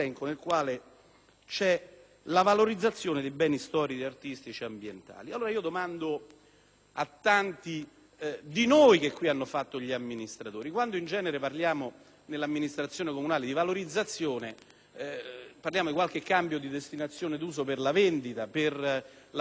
è la valorizzazione dei beni storici, artistici ed ambientali. Domando allora a tanti di noi che hanno fatto gli amministratori: quando in genere parliamo nell'amministrazione comunale di valorizzazione, parliamo di qualche cambio di destinazione d'uso per la vendita, per la messa a reddito;